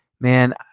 Man